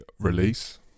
release